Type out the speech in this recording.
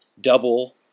double